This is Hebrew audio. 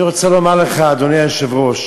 אני רוצה לומר לך, אדוני היושב-ראש,